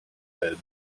head